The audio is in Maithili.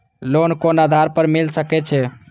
लोन कोन आधार पर मिल सके छे?